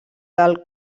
del